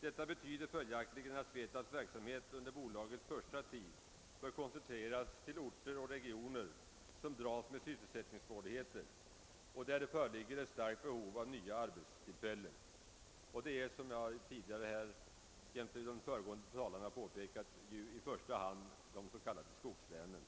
Detta betyder följaktligen att SVETAB:s verksamhet under bolagets första tid bör koncentreras till orter och regioner som dras med sysselsättningssvårigheter och där det föreligger ett starkt behov av nya arbetstillfällen. Detta gäller, såsom jag och de föregående talarna här påpekat, i första hand de s.k. skogslänen.